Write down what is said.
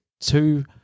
two